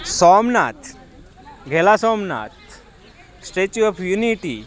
Somnath Ghela Somnath Statue of unity